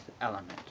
element